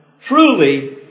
truly